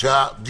וזאת